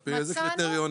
על פי איזה קריטריונים?